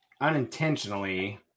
unintentionally